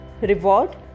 reward